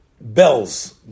bells